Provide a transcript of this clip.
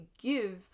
give